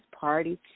party